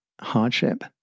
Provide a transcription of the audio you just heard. hardship